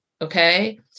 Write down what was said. Okay